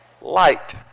light